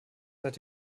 seit